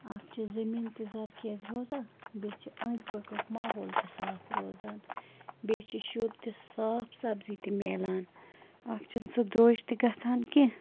اَکھ چھِ زمین تہِ زَرخیز روزان بیٚیہِ چھِ أنٛدۍ پٔکیُک ماحول تہِ صاف روزان بیٚیہِ چھِ شُد تہِ صاف سبزی تہِ میلان اَکھ چھِنہٕ سُہ درٛوٚج تہِ گژھان کیٚنہہ